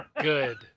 Good